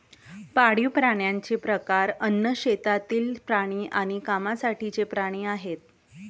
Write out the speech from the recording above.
पाळीव प्राण्यांचे प्रकार अन्न, शेतातील प्राणी आणि कामासाठीचे प्राणी आहेत